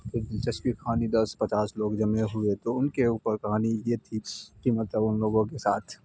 دلچسپی کہانی دس پچاس لوگ جمع ہوئے تو ان کے اوپر کہانی یہ تھی کہ مطلب ان لوگوں کے ساتھ